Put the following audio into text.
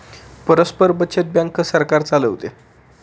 परस्पर बचत बँक सरकार चालवते